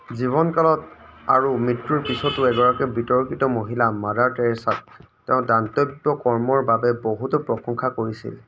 জীৱনকালত আৰু মৃত্যুৰ পিছতো এগৰাকী বিতৰ্কিত মহিলা মাদাৰ টেৰেছাক তেওঁৰ দান্তব্য কৰ্মৰ বাবে বহুতে প্ৰশংসা কৰিছিল